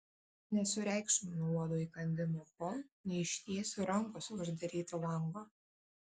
nesureikšminu uodo įkandimo kol neištiesiu rankos uždaryti lango